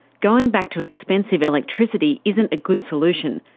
going back to expensive electricity isn't a good solution,